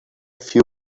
few